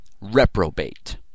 reprobate